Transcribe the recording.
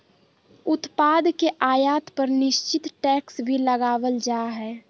उत्पाद के आयात पर निश्चित टैक्स भी लगावल जा हय